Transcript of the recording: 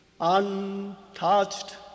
untouched